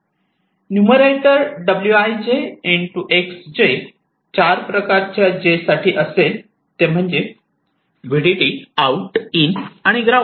numerator wij xj चार प्रकारच्या j साठी असेल ते म्हणजे व्हिडीडी आऊट इन आणि ग्राउंड